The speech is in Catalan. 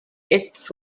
ets